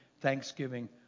thanksgiving